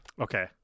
Okay